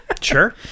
sure